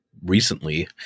Recently